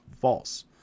false